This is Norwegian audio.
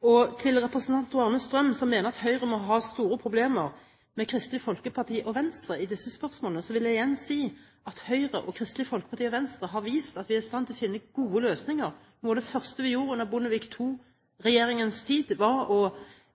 konsekvensutredning. Til representanten Tor-Arne Strøm, som mener at Høyre må ha store problemer med Kristelig Folkeparti og Venstre i disse spørsmålene, vil jeg igjen si at Høyre, Kristelig Folkeparti og Venstre har vist at vi er i stand til å finne gode løsninger. Noe av det første vi gjorde under Bondevik II-regjeringens tid, var å